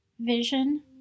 vision